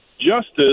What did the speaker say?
justice